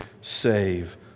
save